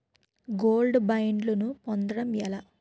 Gold బ్యాండ్లను పొందటం ఎలా?